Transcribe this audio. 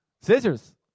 scissors